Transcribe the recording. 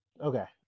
Okay